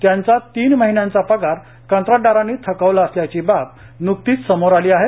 त्यांचा तीन महिन्याचा पगार कंत्राटदारांनी थकवला असल्याची बाब न्कतीच समोर आली आहे